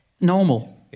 normal